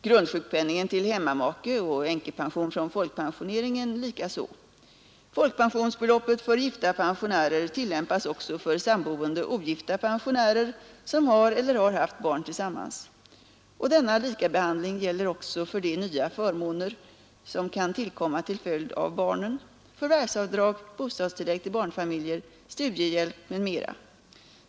Grundsjukpenningen till hemmamake och änkepension från folkpensioneringen likaså. Folkpensionsbeloppet för gifta pensionärer tillämpas också för samboende ogifta pensionärer som har eller har haft barn tillsammans. Och denna likabehandling gäller också för de nya förmåner som kan tillkomma till följd av barnen — förvärvsavdrag, bostadstillägg till barnfamiljer, studiehjälp m.m.